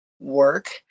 work